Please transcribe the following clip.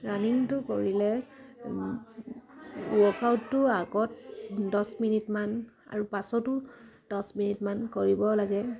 ৰানিংটো কৰিলে ৱৰ্কআউটটো আগত দছ মিনিটমান আৰু পাছতো দছ মিনিটমান কৰিব লাগে